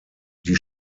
die